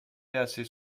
assez